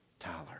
Tyler